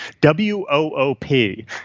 W-O-O-P